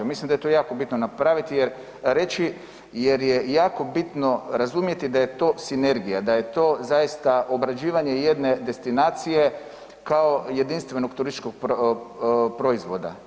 Mislim da je to jako bitno reći jer je jako bitno razumjeti da je to sinergija, da je to zaista obrađivanje jedne destinacije kao jedinstvenog turističkog proizvoda.